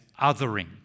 othering